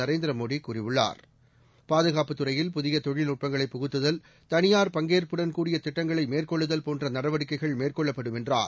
நரேந்திரமோடிகூறியுள்ளார் துறையில் புதியதொழில்நுட்பங்களை பாதுகாப்புத் புகுத்துதல் தனியார் பங்கேற்புடன் கூடிய திட்டங்களைமேற்கொள்ளுதல் போன்றநடவடிக்கைகள் மேற்கொள்ளபபடும் என்றார்